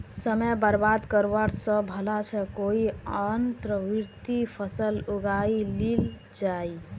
समय बर्बाद करवा स भला छ कोई अंतर्वर्ती फसल उगइ लिल जइ